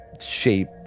shape